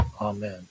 Amen